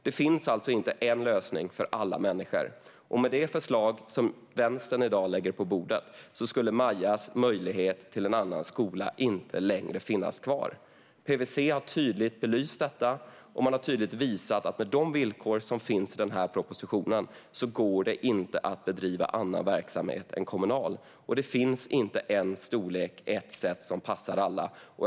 Det finns alltså inte en lösning för alla människor, men med det förslag som vänstern i dag lägger på bordet skulle Majas möjlighet att byta till en annan skola inte längre finnas kvar. PWC har tydligt belyst detta. Man har också tydligt visat att med de villkor som finns i den här propositionen går det inte att bedriva annan verksamhet än kommunal. Det finns inte en storlek, ett sätt, som passar alla.